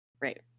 Right